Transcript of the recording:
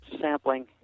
sampling